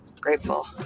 Grateful